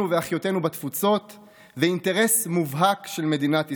ואחיותינו בתפוצות ואינטרס מובהק של מדינת ישראל.